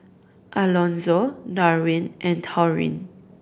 Alonzo Darwyn and Taurean